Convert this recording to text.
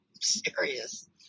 serious